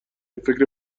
فکر